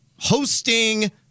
hosting